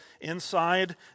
inside